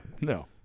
No